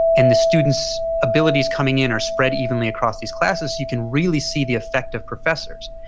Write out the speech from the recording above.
and the students' abilities coming in are spread evenly across these classes you can really see the effect of professors.